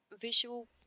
Visual